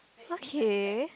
okay